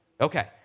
Okay